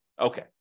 Okay